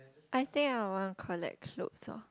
I think I want collect clothes lor